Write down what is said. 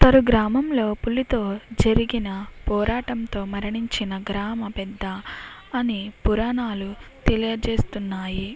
తరు గ్రామంలో పులితో జరిగిన పోరాటంతో మరణించిన గ్రామ పెద్ద అని పురాణాలు తెలియజేస్తున్నాయి